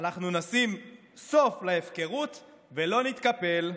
אנחנו נשים סוף להפקרות ולא נתקפל.